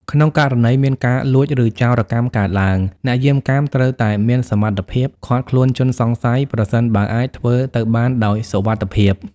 ក្នុងករណីមានការលួច ឬចោរកម្មកើតឡើង អ្នកយាមកាមត្រូវតែមានសមត្ថភាព ឃាត់ខ្លួនជនសង្ស័យ ប្រសិនបើអាចធ្វើទៅបានដោយសុវត្ថិភាព។